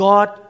God